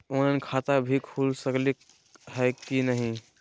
Online खाता भी खुल सकली है कि नही?